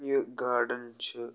یہِ گارڑٕن چھُ